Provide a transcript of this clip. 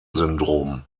syndrom